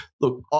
look